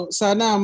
sana